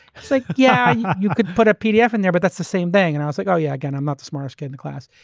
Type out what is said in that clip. he's like, yeah. you could put a pdf in there but that's the same thing. and i was like oh yeah, again, i'm not the smartest kid in the class.